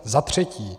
Za třetí.